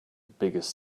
biggest